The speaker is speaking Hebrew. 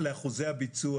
תיכף נדבר גם על זה בקצרה.